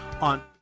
On